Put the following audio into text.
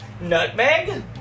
Nutmeg